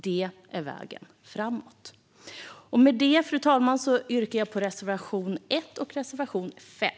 Det är vägen framåt. Med detta, fru talman, vill jag yrka bifall till reservationerna 1 och 5.